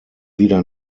wieder